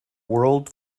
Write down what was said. world